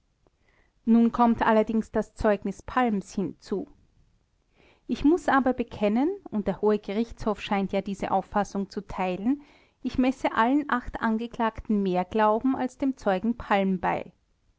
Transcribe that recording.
nun kommt allerdings das zeugnis palms hinzu ich muß aber bekennen und der hohe gerichtshof scheint ja diese auffassung zu teilen ich messe allen acht angeklagten mehr glauben als dem zeugen palm bei